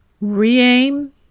Re-aim